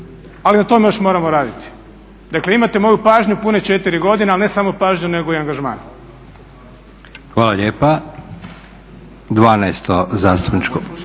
ali o tome još moramo raditi. Dakle imate moju pažnju pune 4 godine ali ne samo pažnju nego i angažman. **Leko, Josip (SDP)** Hvala lijepa. 12. zastupničko